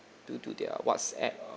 due to their whatsapp uh